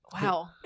Wow